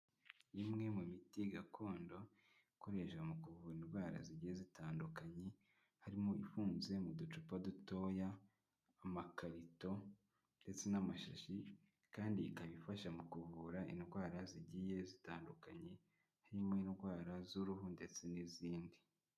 Imwe mu miti gakondo ikoreshwa mu kuvura indwara zigiye zitandukanye, harimo ifunze mu ducupa dutoya, amakarito ndetse n'amashashi kandi ikaba ifasha mu kuvura indwara zigiye zitandukanye, harimo indwara z'uruhu ndetse n'izindi.